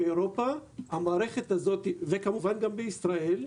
באירופה וכמובן גם בישראל.